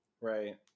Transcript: Right